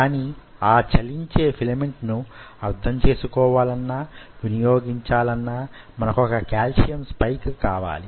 కాని ఆ చలించే ఫిలమెంట్ ను అర్థం చేసుకోవాలన్నా వినియోగించాలన్నా మనకొక కాల్షియమ్ స్పైక్ కావాలి